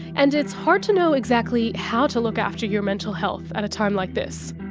and it's hard to know exactly how to look after your mental health at a time like this.